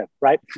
right